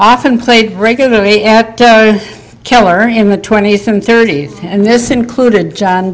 often played regularly at keller in the twenty's and thirty's and this included john